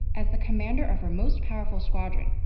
as the commander of her most powerful squadron,